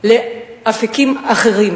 לאפיקים אחרים: